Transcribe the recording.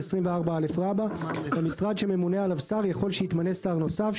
24א. במשרד שממונה עליו שר יכול שיתמנה שר נוסף,